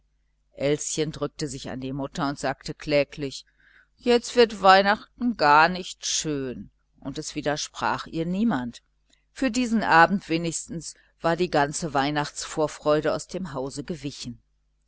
elschen drückte sich an die mutter und sagte kläglich jetzt wird weihnachten gar nicht schön und es widersprach ihr niemand für diesen abend wenigstens war die ganze weihnachts vorfreude aus dem hause gewichen